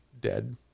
dead